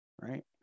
Right